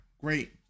great